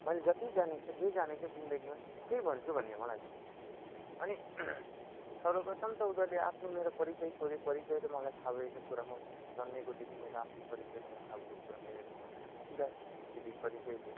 मैले जटि जानेको छ जे जानेको छ जिन्दगीमा त्यही भन्छु भन्ने मलाई थियो अनि सर्वप्रथम त उनीहरूले आफ्नो मेरो परिचय सोध्यो परिचय त मलाइ थाहा भएकैकुरा मो जन्मेकोदेखि मेरो आफ्नो परिचय मलाई थाहा भएकै कुरा मैले सिधा सिधी परिचय दिएँ